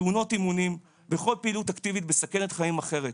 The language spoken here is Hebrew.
תאונות אימונים וכל פעילות אקטיבית מסכנת חיים אחרת,